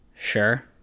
Sure